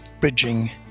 bridging